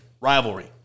Rivalry